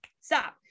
stop